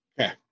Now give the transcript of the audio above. Okay